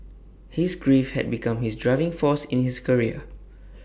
his grief had become his driving force in his career